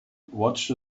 watched